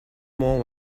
more